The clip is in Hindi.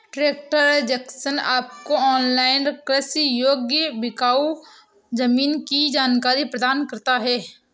ट्रैक्टर जंक्शन आपको ऑनलाइन कृषि योग्य बिकाऊ जमीन की जानकारी प्रदान करता है